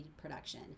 production